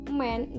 man